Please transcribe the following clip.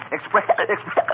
Express